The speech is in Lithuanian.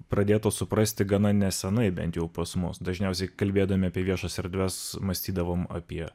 pradėtos suprasti gana nesenai bent jau pas mus dažniausiai kalbėdami apie viešas erdves mąstydavom apie